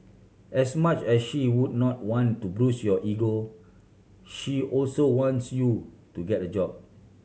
as much as she would not want to bruise your ego she also wants you to get a job